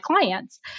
clients